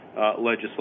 legislation